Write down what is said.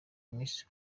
miss